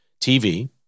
TV